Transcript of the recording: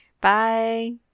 Bye